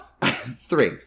Three